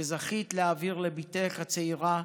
שזכית להעביר לבתך הצעירה,